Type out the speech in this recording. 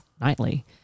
nightly